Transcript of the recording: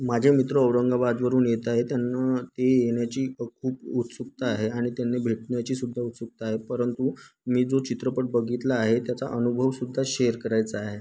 माझ्या मित्र औरंगाबादवरून येत आहे त्यांना ते येण्याची खूप उत्सुकता आहे आणि त्यांनी भेटण्याची सुद्धा उत्सुकता आहे परंतु मी जो चित्रपट बघितला आहे त्याचा अनुभवसुद्धा शेअर करायचा आहे